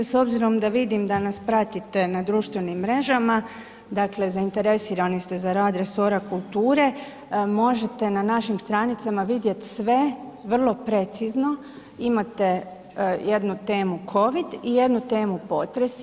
S obzirom da vidim da nas pratite na društvenim mrežama, dakle zainteresirani ste za rad resora kulture, možete na našim stranicama vidjet sve vrlo precizno, imate jednu covid i jednu temu potresi.